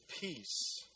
peace